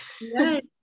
Yes